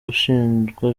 ushinjwa